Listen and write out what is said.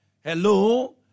Hello